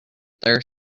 their